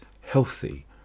healthy